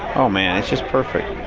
oh, man, it's just perfect.